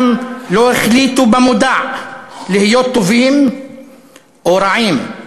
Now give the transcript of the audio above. לא החליטו במודע להיות טובים או רעים.